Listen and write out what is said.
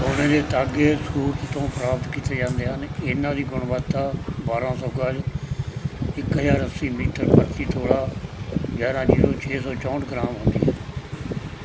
ਸੋਨੇ ਦੇ ਧਾਗੇ ਸੂਰਤ ਤੋਂ ਪ੍ਰਾਪਤ ਕੀਤੇ ਜਾਂਦੇ ਹਨ ਇਹਨਾਂ ਦੀ ਗੁਣਵੱਤਾ ਬਾਰ੍ਹਾਂ ਸੌ ਗਜ਼ ਇੱਕ ਹਜ਼ਾਰ ਅੱਸੀ ਮੀਟਰ ਪ੍ਰਤੀ ਤੋਲਾ ਗਿਆਰ੍ਹਾਂ ਜੀਰੋ ਛੇ ਸੌ ਚੌਂਹਠ ਗ੍ਰਾਮ ਹੁੰਦੀ ਹੈ